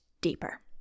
deeper